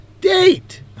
date